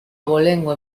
abolengo